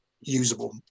usable